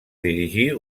dirigir